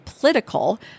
political